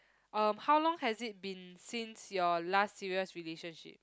um how long has it been since your last serious relationship